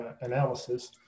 analysis